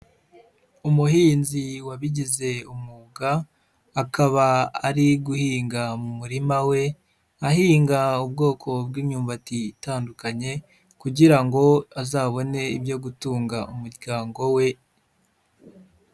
Umuhinzi wabigize umwuga akaba ari guhinga mu murima we ahinga ubwoko bw'imyumbati itandukanye kugira ngo azabone ibyo gutunga umuryango we.